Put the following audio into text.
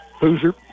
Hoosier